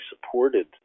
supported